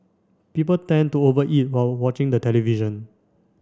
people tend to over eat while watching the television